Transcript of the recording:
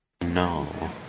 No